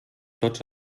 tots